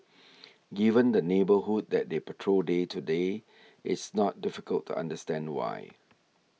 given the neighbourhood that they patrol day to day it's not difficult to understand why